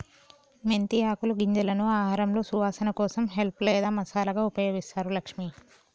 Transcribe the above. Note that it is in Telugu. మెంతి ఆకులు గింజలను ఆహారంలో సువాసన కోసం హెల్ప్ లేదా మసాలాగా ఉపయోగిస్తారు లక్ష్మి